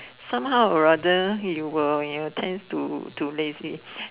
somehow or rather you will you will tends to to lazy